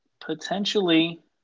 potentially